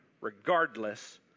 regardless